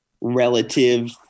relative